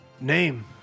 Name